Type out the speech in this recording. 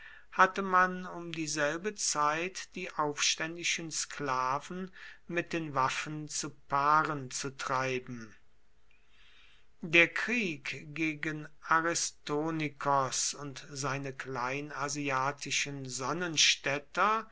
hatte man um dieselbe zeit die aufständischen sklaven mit den waffen zu paaren zu treiben der krieg gegen aristonikos und seine kleinasiatischen sonnenstädter